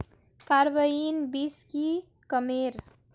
Carbine बीस की कमेर?